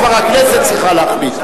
כבר הכנסת צריכה להחליט,